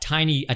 Tiny